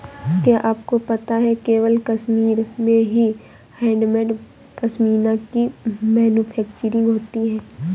क्या आपको पता है केवल कश्मीर में ही हैंडमेड पश्मीना की मैन्युफैक्चरिंग होती है